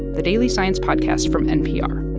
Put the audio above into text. the daily science podcast from npr